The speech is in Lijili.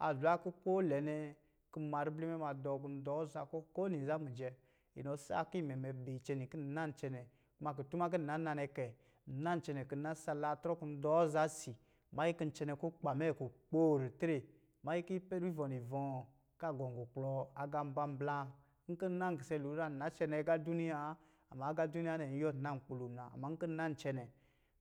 A zwa kɔ̄ ko lɛ nɛ, kɔ̄ ma ribli mɛ ma dɔɔ kɔ̄ dɔɔ aza kɔ̄ ko winiiza mijɛ. inɔ sa ki mɛ, mɛ bi icɔ̄nɔ̄ kin na cɛnɛ, kuma kutuma kin nna na nɛ kɛ, nna cɛnɛ kɔ̄ na salaatrɔ kɔ̄ dɔɔ za si manyi kɔ cɛnɛ. kukpa mɛ kukpoo ritre manyi ki ipɛrɛ ivɔ̄ nivɔ̄ɔ̄, ka gɔm gukplɔ agā mblāblā. Nkɔ̄ kise lo zan, nna cɛnɛ agā duniyaa, amma agā duniya nɛ yuwɔ nan nkpu lo muna, amma nkɔ̄ nan cɛnɛ,